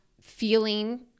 feeling